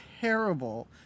Terrible